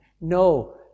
No